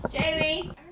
Jamie